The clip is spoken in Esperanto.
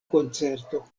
koncerto